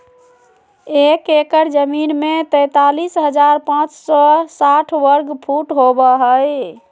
एक एकड़ जमीन में तैंतालीस हजार पांच सौ साठ वर्ग फुट होबो हइ